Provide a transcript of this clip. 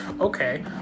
okay